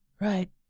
Right